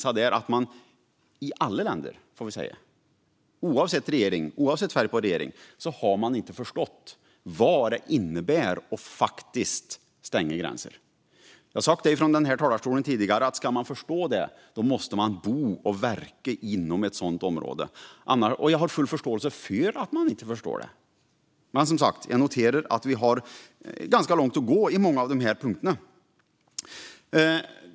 Alla länder har visat att oavsett färg på regering har man inte förstått vad det innebär att stänga gränser. Jag har sagt det förr i talarstolen att ska man förstå det måste man bo och verka i ett sådant område. Gör man inte har jag full förståelse för att man inte förstår det. Jag noterar att vi har långt att gå i mycket av detta. Fru talman!